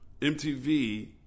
MTV